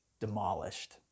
demolished